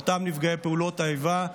לאותם נפגעי פעולות האיבה.